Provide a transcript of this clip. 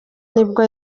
nibwo